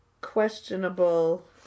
questionable